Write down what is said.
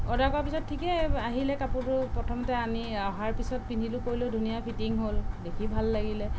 order কৰাৰ পিছত ঠিকেই আহিলে কাপোৰটো প্ৰথমতে আনি অহাৰ পিছত পিন্ধিলো কৰিলো ধুনীয়া ফিটিং হ'ল দেখি ভাল লাগিলে